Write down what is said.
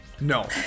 No